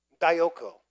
Dioko